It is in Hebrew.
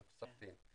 התוספתיים.